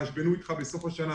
ויתחשבנו איתך בסוף השנה.